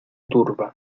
turba